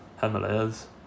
himalayas